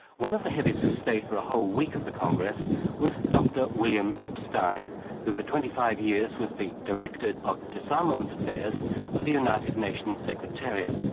one of the heavies who stayed for a whole week of the congress was dr william epstein who for twenty five years was the director of disarmament affairs of the united nations secretariat.